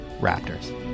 Raptors